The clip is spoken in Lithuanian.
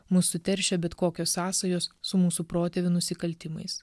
mus suteršė bet kokios sąsajos su mūsų protėvių nusikaltimais